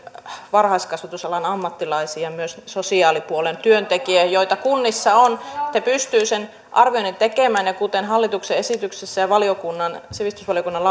varhaiskasvatusalan ammattilaisiin ja myös sosiaalipuolen työntekijöihin joita kunnissa on he pystyvät sen arvioinnin tekemään ja kuten hallituksen esityksessä ja sivistysvaliokunnan